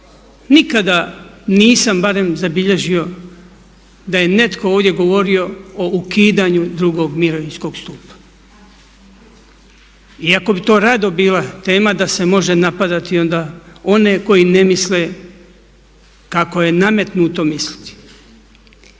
Nikada nisam barem zabilježio da je netko ovdje govorio u ukidanju drugog mirovinskog stupa iako bi to rado bila tema da se može napadati onda one koji ne misle kako je nametnuto misliti.